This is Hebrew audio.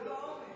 ל"ג